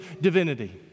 divinity